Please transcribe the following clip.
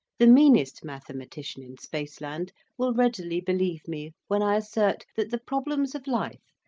the meanest mathematician in spaceland will readily believe me when i assert that the problems of life,